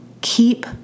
Keep